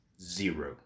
zero